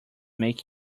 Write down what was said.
make